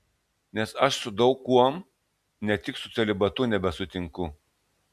nes aš su daug kuom ne tik su celibatu nebesutinku